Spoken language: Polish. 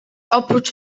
oprócz